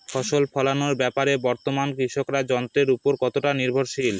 ফসল ফলানোর ব্যাপারে বর্তমানে কৃষকরা যন্ত্রের উপর কতটা নির্ভরশীল?